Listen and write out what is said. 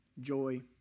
joy